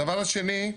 הדבר השני,